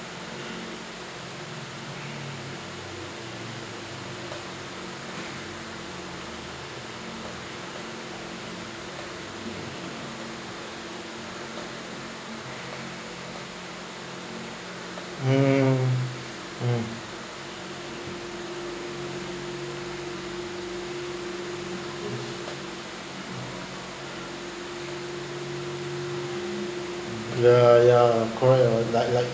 mm hmm ya ya correct uh like like